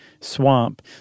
swamp